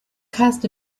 cast